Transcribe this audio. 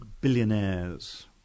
billionaires